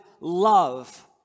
love